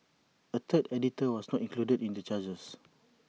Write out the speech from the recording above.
A third editor was not included in the charges